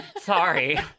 Sorry